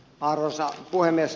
arvoisa puhemies